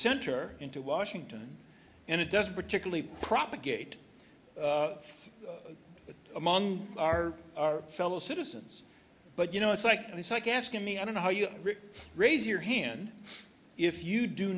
center into washington and it doesn't particularly propagate among our fellow citizens but you know it's like it's like asking me i don't know how you raise your hand if you do